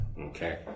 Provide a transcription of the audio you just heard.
Okay